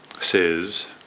says